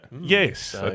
yes